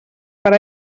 per